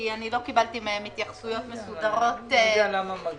כי לא קיבלתי מהם התייחסויות מסודרות לנוסח.